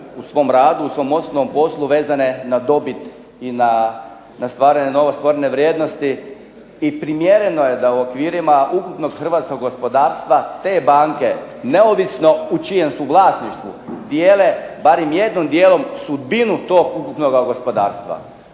u svom radu, u svom osobnom poslu vezane na dobit i na stvaranje novo stvorene vrijednosti i primjereno je da u okvirima ukupnog Hrvatskog gospodarstva te banke, neovisno u čijem su vlasništvu dijele barem jednim dijelom sudbinu tog ukupnog gospodarstva.